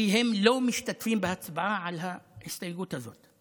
כי הם לא משתתפים בהצבעה על ההסתייגות הזאת.